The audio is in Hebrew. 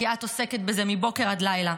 כי את עוסקת בזה מבוקר עד לילה.